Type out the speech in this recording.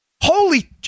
holy